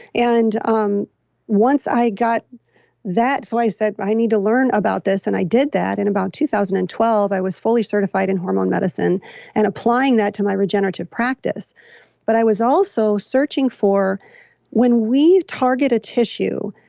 and um once i got that, so i said, i need to learn about this, and i did that in about two thousand and twelve, i was fully certified in hormone medicine and applying that to my regenerative practice but i was also searching for when we target a tissue,